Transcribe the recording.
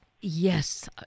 yes